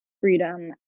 freedom